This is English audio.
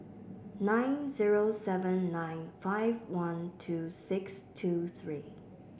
nine zero seven nine five one two six two three